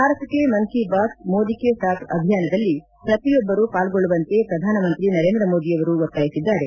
ಭಾರತ್ ಕೆ ಮನ್ ಕಿ ಬಾತ್ ಮೋದಿ ಕೆ ಸಾಥ್ ಅಭಿಯಾನದಲ್ಲಿ ಪ್ರತಿಯೊಬ್ಬರು ಪಾಲ್ಗೊಳ್ಳುವಂತೆ ಪ್ರಧಾನಮಂತ್ರಿ ನರೇಂದ್ರ ಮೋದಿಯವರು ಒತ್ತಾಯಿಸಿದ್ದಾರೆ